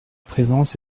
présence